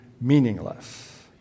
meaningless